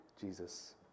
Jesus